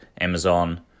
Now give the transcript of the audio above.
Amazon